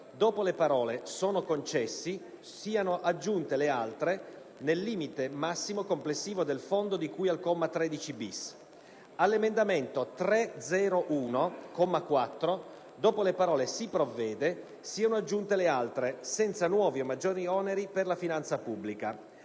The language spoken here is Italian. dopo le parole: «sono concessi», siano aggiunte le altre: «nel limite massimo complessivo del Fondo di cui al comma 13-*bis*»; - all'emendamento 3.0.1, comma 4, dopo le parole: «si provvede», siano aggiunte le altre: «senza nuovi o maggiori oneri per la finanza pubblica»;